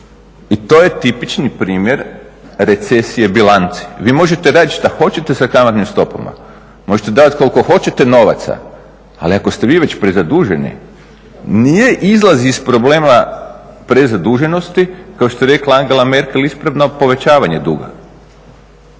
I to je tipični primjer recesije bilanci. Vi možete raditi šta hoćete sa kamatnim stopama, možete davati koliko hoćete novaca, ali ako ste vi već prezaduženi nije izlaz iz problema prezaduženosti, kao što je rekla Angela Merkel ispravno povećavanje duga.